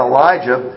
Elijah